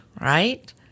right